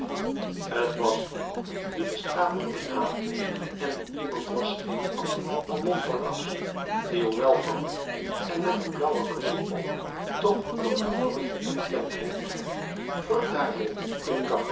t was iemand die den straatjongen naderde en die iemand was geen ander dan montparnasse die hoewel vermomd en met een blauwen bril op toch door gavroche herkend werd verduiveld